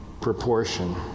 proportion